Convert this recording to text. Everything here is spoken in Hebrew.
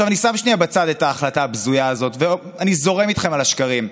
אני שם שנייה בצד את ההחלטה הבזויה הזאת ואני זורם איתכם על השקרים.